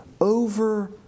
over